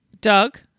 Doug